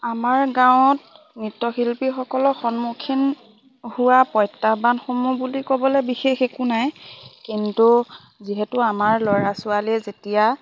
আমাৰ গাঁৱত নৃত্যশিল্পীসকলৰ সন্মুখীন হোৱা প্ৰত্যাহ্বানসমূহ বুলি ক'বলে বিশেষ একো নাই কিন্তু যিহেতু আমাৰ ল'ৰা ছোৱালীয়ে যেতিয়া